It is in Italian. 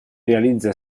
realizza